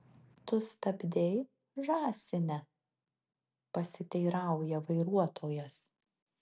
tu stabdei žąsine pasiteirauja vairuotojas